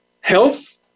health